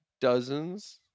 dozens